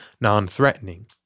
non-threatening